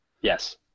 Yes